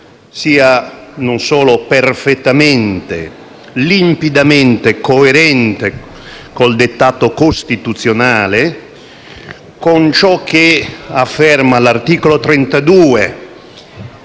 sia non solo perfettamente e limpidamente coerente con il dettato costituzionale, con ciò che afferma l'articolo 32,